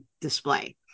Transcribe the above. display